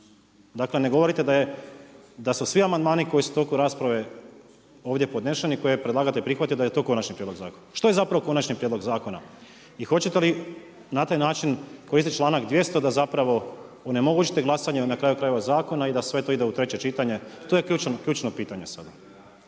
Dakle ne govorite da su svi amandmani koji su u toku rasprave ovdje podneseni i koje je predlagatelj prihvatio da je to konačni prijedloga zakona. Što je zapravo konačni prijedlog zakona? I hoćete li na taj način koristiti članak 200. da zapravo onemogućite glasanje a na kraju krajeva zakona i da sve to ide u treće čitanje, to je ključno pitanje sada?